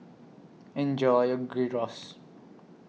Enjoy your Gyros